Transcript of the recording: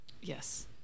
Yes